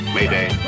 Mayday